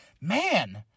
man